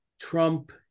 Trump